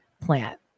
plant